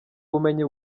ubumenyi